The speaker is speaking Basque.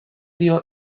dio